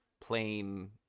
plain